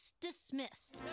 dismissed